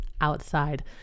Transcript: outside